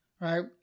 Right